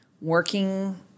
working